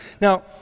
Now